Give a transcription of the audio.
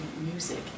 music